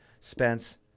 Spence